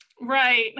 Right